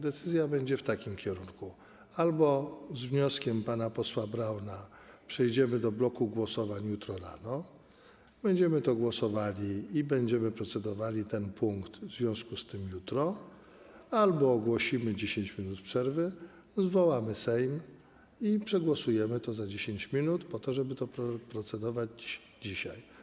Decyzja będzie w takim kierunku: albo z wnioskiem pana posła Brauna przejdziemy do bloku głosowań jutro rano, będziemy nad tym głosowali i będziemy procedowali nad tym punktem w związku z tym jutro, albo ogłosimy 10 minut przerwy, zwołamy Sejm i przegłosujemy to za 10 minut po to, żeby nad tym procedować dzisiaj.